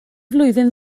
flwyddyn